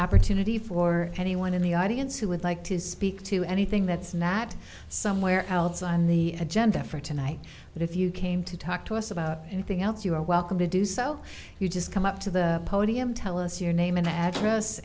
opportunity for anyone in the audience who would like to speak to anything that's not somewhere else on the agenda for tonight but if you came to talk to us about anything else you are welcome to do so you just come up to the podium tell us your name and address